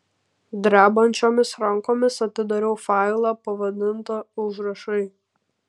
drebančiomis rankomis atidarau failą pavadintą užrašai